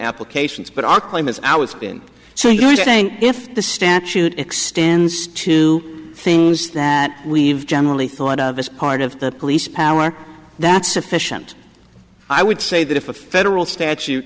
applications but our claim is our it's been so you're saying if the statute extends to things that we've generally thought of as part of the police power that's sufficient i would say that if a federal statu